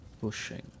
pushing